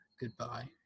goodbye